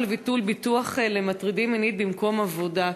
לביטול ביטוח למטרידים מינית במקום עבודה.